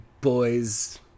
boys